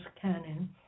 canon